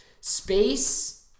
Space